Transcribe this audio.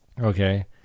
Okay